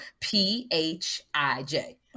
P-H-I-J